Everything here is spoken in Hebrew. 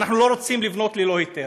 ואנחנו לא רוצים לבנות ללא היתר.